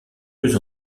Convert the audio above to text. plus